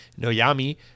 Noyami